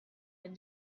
had